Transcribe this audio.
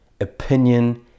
opinion